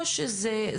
או שזה רק.